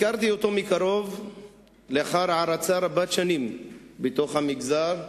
הכרתי אותו מקרוב לאחר הערצה רבת-שנים בתוך המגזר.